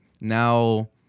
now